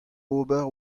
ober